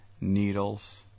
Needles